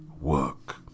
work